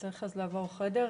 אז נצטרך לעבוד חדר.